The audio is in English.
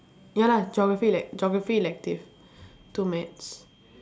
ya lah geography like geography elective two maths